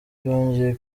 byongeye